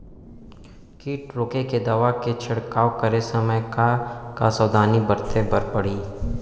किट रोके के दवा के छिड़काव करे समय, का का सावधानी बरते बर परही?